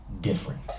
Different